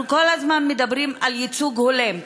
אנחנו כל הזמן מדברים על ייצוג הולם,